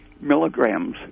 milligrams